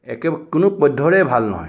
একে কোনোপধ্যৰে ভাল নহয়